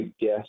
guess